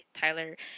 Tyler